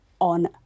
on